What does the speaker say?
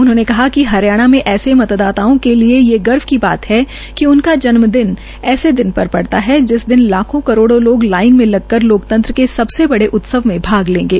उन्होंने कहा कि हरियाणा के ऐसे मतदाताओं के लिए ये गर्व की बात है कि उनका जन्मदिवस ऐसे दिन पड़ रहा है जिस दिन लाखों करोडों लोग लाइन में लगकर लोकतंत्र के सबसे बड़े उत्सव में भाग लेंगे